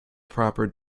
proper